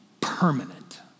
permanent